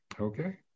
Okay